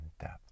depth